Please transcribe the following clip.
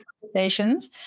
conversations